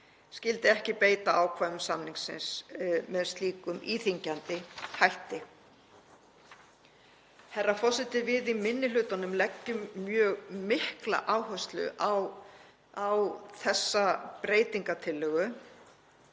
skyldi ekki beita ákvæðum samningsins með slíkum íþyngjandi hætti. Herra forseti. Við í minni hlutanum leggjum mjög mikla áherslu á þessa breytingartillögu